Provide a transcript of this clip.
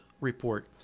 report